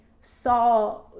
saw